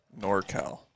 NorCal